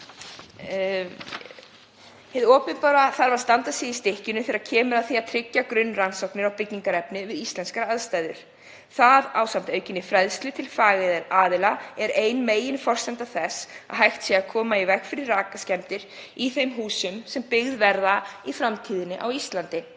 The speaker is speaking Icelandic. þarf að standa sig í stykkinu þegar kemur að því að tryggja grunnrannsóknir á byggingarefni við íslenskar aðstæður. Það ásamt aukinni fræðslu til fagaðila er ein meginforsenda þess að hægt sé að koma í veg fyrir rakaskemmdir í þeim húsum sem byggð verða í framtíðinni á Íslandi.